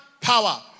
power